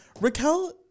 raquel